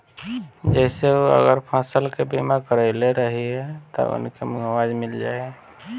जेसे उ अगर फसल के बीमा करइले रहिये त उनके मुआवजा मिल जाइ